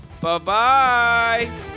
Bye-bye